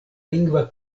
lingva